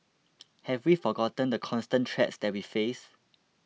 have we forgotten the constant threats that we face